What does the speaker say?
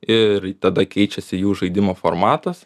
ir tada keičiasi jų žaidimo formatas